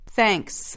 Thanks